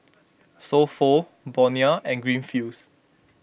So Pho Bonia and Greenfields